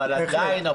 אבל עדיין,